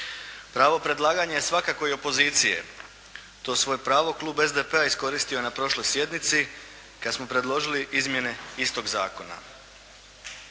Pravo predlaganja je svakako i opozicije. To svoje pravo klub SDP-a je iskoristio na prošloj sjednici kad smo predložili izmjene istog zakona.